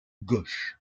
gauche